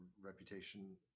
reputation